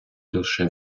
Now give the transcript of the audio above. лише